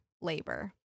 labor